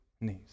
knees